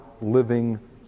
living